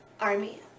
Army